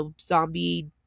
zombie